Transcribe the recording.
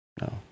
no